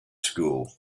school